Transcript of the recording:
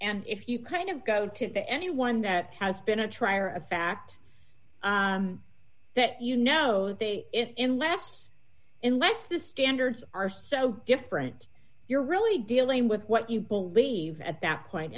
and if you kind of go to anyone that has been a trier of fact that you know they in less and less the standards are so different you're really dealing with what you believe at that point